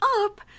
up